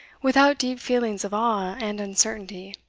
without deep feelings of awe and uncertainty.